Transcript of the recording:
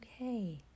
okay